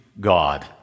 God